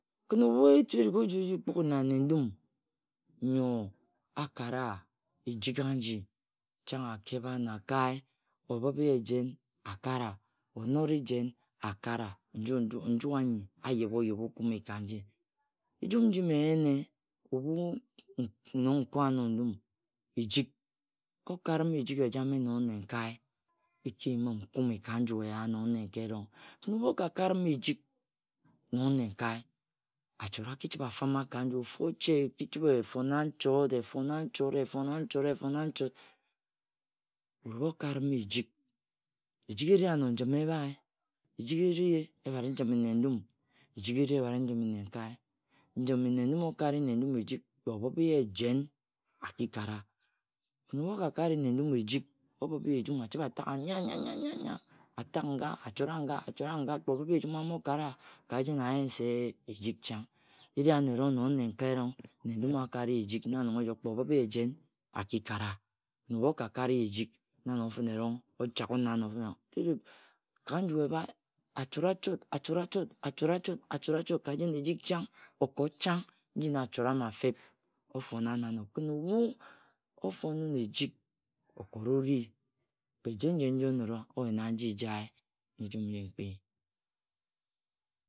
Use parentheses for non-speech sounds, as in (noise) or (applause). Kin ebhu chi-erig oji oji-kpuge na nnendum nyo akara ejik aji, Chang akebha anakae, kpe onore jen akara. Nju anyi ayeba-oyebe okume ka nyi Ejuni riji mme nyene, ebhu nong. nko-ano ndum, ejik, okarum eje ejame nong nnenkar, ekiyim Nkume ka niju eya nong nnenkae erong. Kin ebhu okakarum ejik nong nirenka, achot aki-keri chibhe afama ka nju. Ofu-oche echibhe efona nchot! efona nchot efone nchot efone nchot. Ebhu okarun ejik, Ejik eri-ano njim ebhae. Ejik eri ebhare njim nnendum, ejik eri ebhare njim nnenkae? Aljumarinere Njime-nnendum, okare nnendum ejik, kpe obhibi-ye jen, aki-kara. Kin ebhu okakare mendum ejik okhib ye achib-atak nya-nya-nya atak nga achora- nga. kpe obhib-ye ejum, amokara Ka-jen ayen se ejik Chang. Eri ano, erong nnenkae erong. Nnendum akari-ye ejik na nong ejok Kpe obhibi ye jen aki kara. Ebhu okakere ye ejik, na nong fine-rong ochak wun ano (unintelligible) Ka nju-abhae achot-achot, achot-achot, achot-achot, achot-achot, Ka jen ejik chang, okot chang, nji ina achot ama feb ofona-wun-ano. kin ebhu ofon wun ejik. osi (unintelligible) kpe jen-jen nji onora oyena-nji joe.